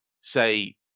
say